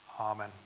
Amen